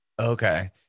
Okay